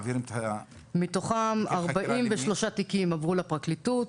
מתוכם 43 תיקים עברו לפרקליטות,